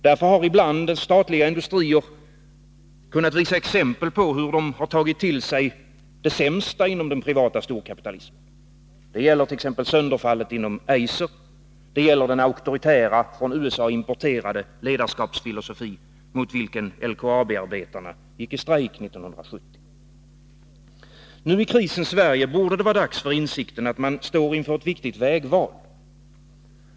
Därför har ibland statliga industrier kunnat visa exempel på hur de tagit till sig det sämsta inom den privata storkapitalismen. Det gäller t.ex. sönderfallet inom Eiser. Det gäller den auktoritära, från USA importerade, ledarskapsfilosofi mot vilken LKAB-arbetarna gick i strejk 1970. Nu i krisens Sverige borde det vara dags för insikten, att man står inför ett viktigt vägval.